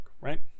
right